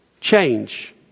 change